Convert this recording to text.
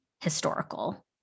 historical